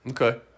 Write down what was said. Okay